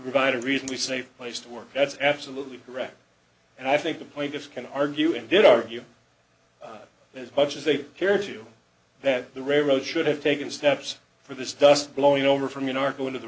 provide a reason we safe place to work that's absolutely correct and i think the point of can argue and did argue as much as they care to that the railroad should have taken steps for this dust blowing over from the norco into the